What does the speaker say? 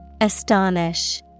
Astonish